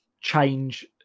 change